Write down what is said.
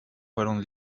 fueron